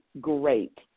great